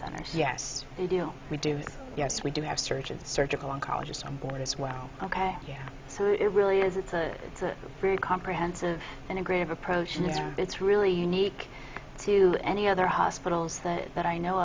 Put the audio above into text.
centers yes they do we do yes we do have surgeons surgical oncologist on board as well ok yeah so it really is it's a it's a very comprehensive integrated approach and it's it's really unique to any other hospitals that that i know